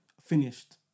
Finished